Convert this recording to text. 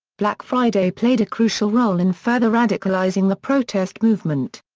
black friday played a crucial role in further radicalizing the protest movement.